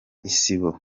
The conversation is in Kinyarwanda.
isibo